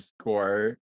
score